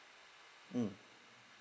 mm